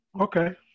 Okay